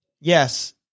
Yes